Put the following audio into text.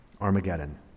Armageddon